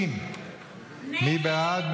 50. מי בעד?